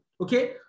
okay